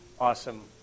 awesome